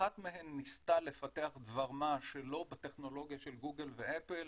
אחת מהן ניסתה לפתח דבר מה שלא בטכנולוגיה של גוגל ואפל.